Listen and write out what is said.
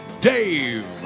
Dave